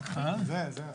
זה מלחיץ?